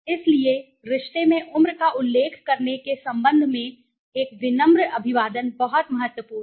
इसलिए रिश्ते में उम्र का उल्लेख करने के संबंध में एक विनम्र अभिवादन बहुत महत्वपूर्ण है